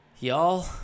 Y'all